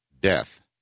death